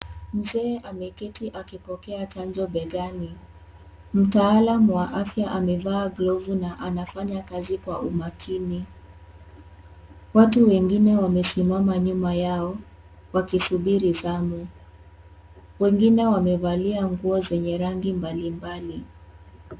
Mzee ameketi akipokea chanjo begani. Mtaalam wa afya amevaa glovu na anafanya kazi kwa umakini. Watu wengine wamesimama nyuma yao wakisubiri zamu. Wengine wamevalia nguo zenye rangi mbalimbali.